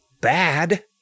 bad